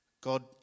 God